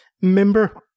member